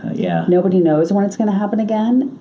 yeah. nobody knows when it's going to happen again,